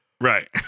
Right